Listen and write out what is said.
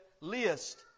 list